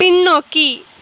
பின்னோக்கி